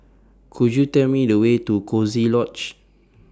Could YOU Tell Me The Way to Coziee Lodge